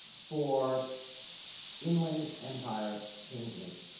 for inland empire change-making.